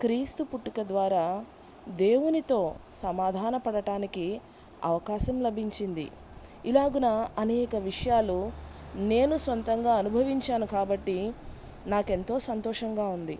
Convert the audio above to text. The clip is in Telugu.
క్రీస్తు పుట్టుక ద్వారా దేవునితో సమాధాన పడటానికి అవకాశం లభించింది ఇలాగున అనేక విషయాలు నేను సొంతంగా అనుభవించాను కాబట్టి నాకెంతో సంతోషంగా ఉంది